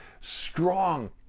strong